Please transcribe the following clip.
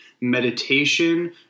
meditation